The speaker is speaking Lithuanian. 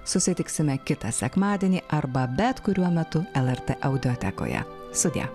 susitiksime kitą sekmadienį arba bet kuriuo metu lrt audiotekoje sudie